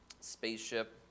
spaceship